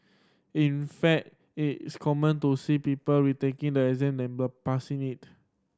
in fact it is common to see people retaking the exam number passing it